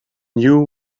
knew